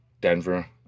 Denver